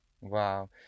Wow